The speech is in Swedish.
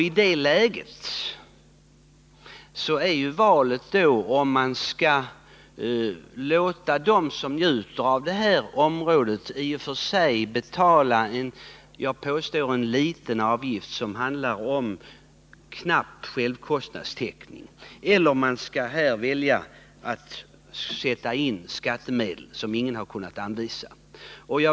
I det läget står valet mellan att låta dem som njuter av området betala en i och för sig liten avgift — det rör sig inte ens om självkostnadstäckning — eller att sätta in skattemedel, som ingen kunnat anvisa.